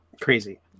Crazy